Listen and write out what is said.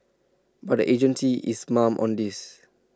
but agency is mum on this